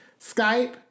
Skype